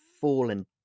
fallen